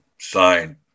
sign